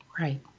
Right